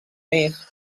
més